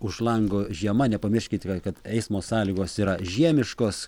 už lango žiema nepamirškit vėl kad eismo sąlygos yra žiemiškos